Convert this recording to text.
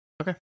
okay